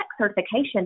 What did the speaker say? certification